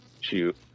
shoot